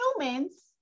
humans